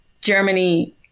Germany